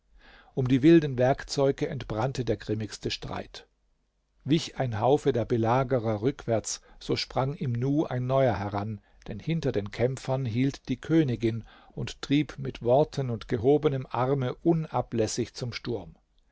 um die wilden werkzeuge entbrannte der grimmigste streit wich ein haufe der belagerer rückwärts so sprang im nu ein neuer heran denn hinter den kämpfern hielt die königin und trieb mit worten und gehobenem arme unablässig zum sturm